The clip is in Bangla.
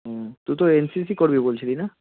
হুম তুই তো এনসিসি করবি বলছিলি না